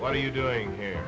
what are you doing here